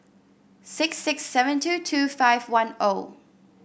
six six seven two two five one O